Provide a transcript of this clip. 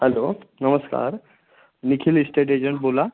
hello नमस्कार Nikhil estate agent बोला